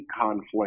conflict